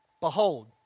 Behold